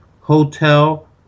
hotel